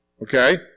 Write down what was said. Okay